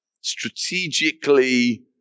strategically